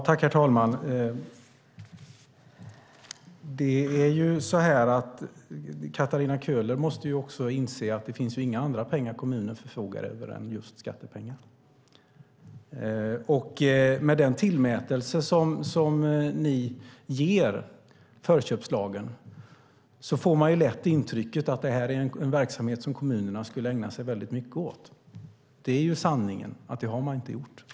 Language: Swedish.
Herr talman! Katarina Köhler måste inse att kommunen inte förfogar över några andra pengar än skattepengar. Med den tillmätelse ni ger förköpslagen får man intrycket att det här är en verksamhet som kommunerna har ägnat sig åt väldigt mycket. Sanningen är att man inte har gjort det.